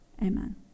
amen